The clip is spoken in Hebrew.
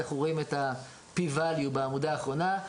אנחנו רואים את ה-p value בעמודה האחרונה.